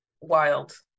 Wild